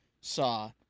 saw